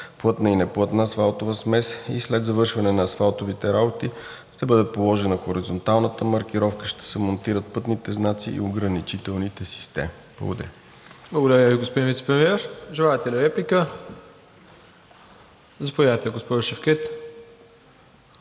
плътна и неплътна асфалтова смес и след завършване на асфалтовите работи ще се положи хоризонтална маркировка, ще се монтират пътните знаци и ограничителните системи. Благодаря. ПРЕДСЕДАТЕЛ МИРОСЛАВ ИВАНОВ: Благодаря Ви, господин Вицепремиер. Желаете ли реплика? Заповядайте, госпожо Шевкед,